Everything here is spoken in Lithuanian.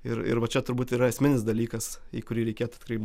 ir ir va čia turbūt yra esminis dalykas į kurį reikėtų atkreipt